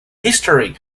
history